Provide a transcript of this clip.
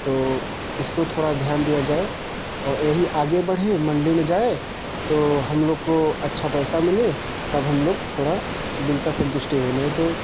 तो इसको थोड़ा ध्यान दिया जाए और यही आगे बढ़े मंडी में जाए तो हम लोग को अच्छा पैसा मिले तब हम लोग थोड़ा दिल का संतुष्टि हो नहीं तो